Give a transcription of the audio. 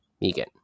Megan